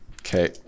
Okay